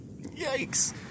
yikes